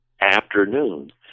afternoon